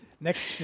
Next